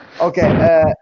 okay